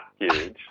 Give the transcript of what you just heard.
Huge